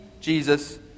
Jesus